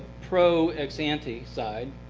pro ex-ante side,